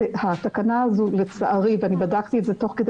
התקנה הזו לצערי ובדקתי את זה תוך כדי